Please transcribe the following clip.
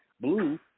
Blue